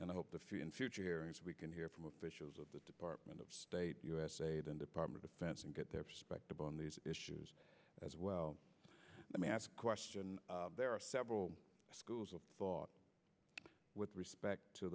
and i hope that we can hear from officials of the department of state department of defense and get their perspective on these issues as well let me ask a question there are several schools of thought with respect to